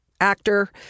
actor